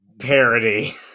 parody